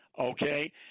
Okay